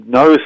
no